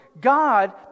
God